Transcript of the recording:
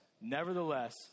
Nevertheless